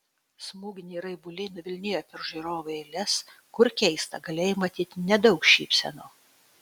smūginiai raibuliai nuvilnijo per žiūrovų eiles kur keista galėjai matyti nedaug šypsenų